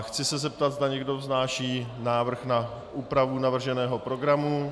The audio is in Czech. Chci se zeptat, zda někdo vznáší návrh na úpravu navrženého programu.